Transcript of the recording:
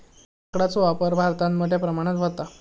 लाकडाचो व्यापार भारतात मोठ्या प्रमाणावर व्हता